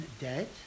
dead